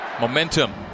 Momentum